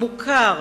המוכר,